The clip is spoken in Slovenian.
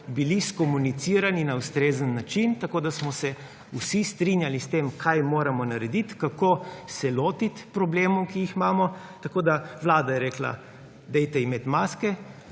bili skomunicirani na ustrezen način, tako da smo se vsi strinjali s tem, kaj moramo narediti, kako se lotiti problemov, ki jih imamo. Vlada je rekla, dajte imeti maske;